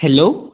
hello